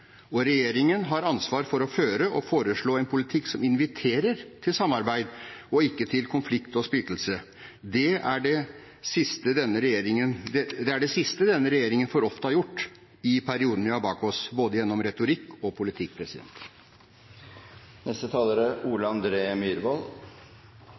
og regjeringen har ansvar for å føre og foreslå en politikk som inviterer til samarbeid og ikke til konflikt og splittelse. Det er det siste denne regjeringen for ofte har gjort i perioden vi har bak oss, gjennom både retorikk og politikk.